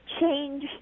change